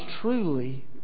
truly